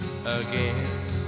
Again